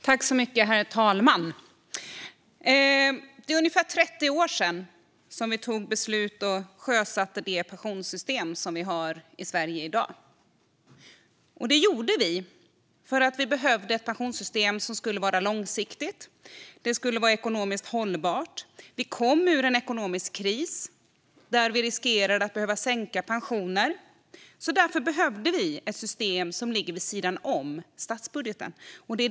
Herr talman! Det är ungefär 30 år sedan som vi fattade beslut om och sjösatte det pensionssystem som vi har i Sverige i dag. Det gjorde vi för att vi behövde ett pensionssystem som skulle vara långsiktigt och ekonomiskt hållbart. Vi kom ur en ekonomisk kris där vi riskerat att behöva sänka pensionen. Därför behövde vi ett system som ligger vid sidan om statsbudgeten.